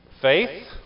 Faith